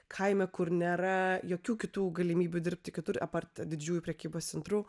kaime kur nėra jokių kitų galimybių dirbti kitur apart didžiųjų prekybos centrų